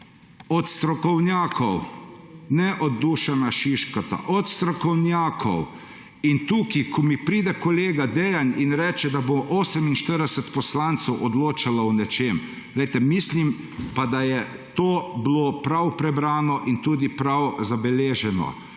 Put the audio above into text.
od strokovnjakov, ne od Dušana Šiška – od strokovnjakov! In tukaj, ko mi pride kolega Dejan in reče, da bo 48 poslancev odločalo o nečem – glejte, mislim pa, da je to bilo prav prebrano in tudi prav zabeleženo.